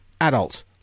adults